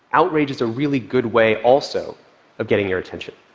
outrage is a really good way also of getting your attention,